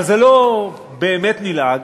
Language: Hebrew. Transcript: אבל זה לא באמת נלעג,